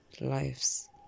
lives